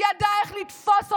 ידעה איך לתפוס אותו,